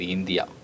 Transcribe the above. India